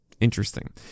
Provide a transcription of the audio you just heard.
Interesting